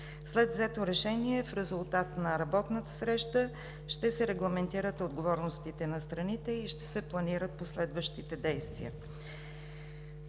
След взето решение в резултат на работната среща ще се регламентират отговорностите на страните и ще се планират последващите действия.